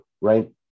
right